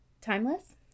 timeless